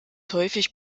häufig